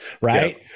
right